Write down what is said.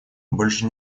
больше